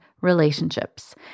relationships